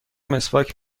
مسواک